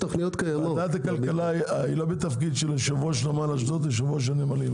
ועדת כלכלה היא לא בתפקיד של יושב-ראש נמל אשדוד ויושב-ראש הנמלים.